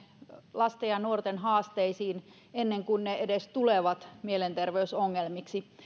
lasten ja ja nuorten haasteisiin ennen kuin ne edes tulevat mielenterveysongelmiksi